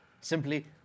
simply